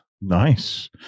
nice